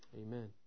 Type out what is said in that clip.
Amen